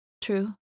True